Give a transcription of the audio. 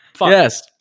Yes